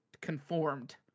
conformed